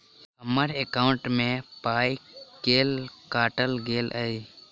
हम्मर एकॉउन्ट मे पाई केल काटल गेल एहि